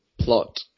plot